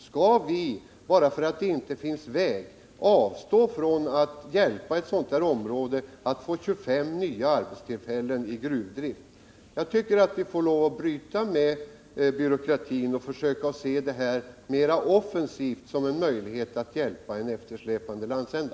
Skall vi bara därför att det inte finns någon väg avstå från att hjälpa ett område till att få 25 nya arbetstillfällen i gruvdrift? Jag tycker att vi får lov att bryta med byråkratin och försöka se på detta mera offensivt, som en möjlighet att hjälpa en eftersläpande landsända.